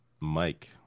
Mike